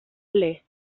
ele